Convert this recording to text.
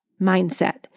mindset